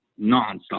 nonstop